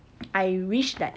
I wish that